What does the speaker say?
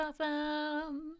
awesome